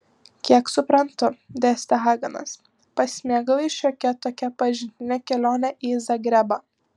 kiek suprantu dėstė hagenas pasimėgavai šiokia tokia pažintine kelione į zagrebą